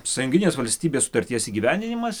sąjunginės valstybės sutarties įgyvendinimas